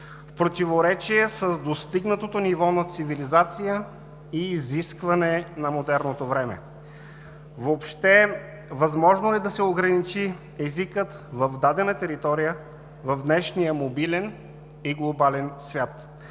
в противоречие с достигнатото ниво на цивилизация и изискване на модерното време. Въобще възможно ли е да се ограничи езикът в дадена територия в днешния мобилен и глобален свят?